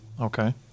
Okay